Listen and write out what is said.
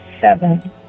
seven